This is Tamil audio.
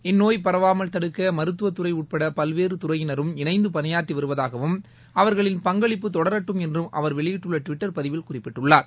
இந்நோய் பரவாமல் தடுக்க மருத்துவத் துறை உட்பட பல்வேறு துறையினரும் இணைந்து பணியாற்றி வருவதாகவும் அவர்களின் பங்களிப்பு தொடரட்டும் என்றும் அவர் வெளியிட்டுள்ள ட்விட்டர் பதிவில் குறிப்பிட்டுள்ளார்